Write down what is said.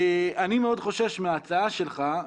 אני חושש מאוד מההצעה שלך,